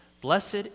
Blessed